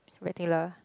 regular